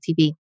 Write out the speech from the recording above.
TV